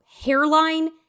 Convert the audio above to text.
hairline